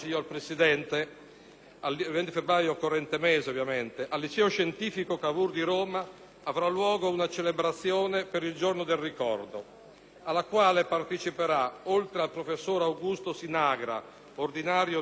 Il 20 febbraio corrente mese al liceo scientifico Cavour di Roma avrà luogo una celebrazione per il Giorno del ricordo, alla quale parteciperà, oltre al professor Augusto Sinagra, ordinario di diritto europeo